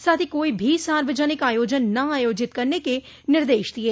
साथ ही कोई भी सार्वजनिक आयोजन न आयोजित करने के निर्देश दिये